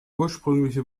ursprüngliche